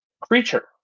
creature